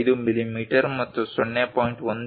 5 millimetre ಮತ್ತು 0